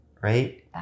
Right